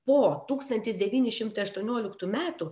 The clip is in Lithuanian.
po tūkstantis devyni šimtai aštuonioliktų metų